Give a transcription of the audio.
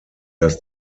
dass